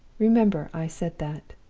remember i said that